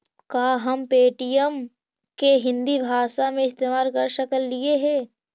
का हम पे.टी.एम के हिन्दी भाषा में इस्तेमाल कर सकलियई हे?